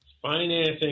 Financing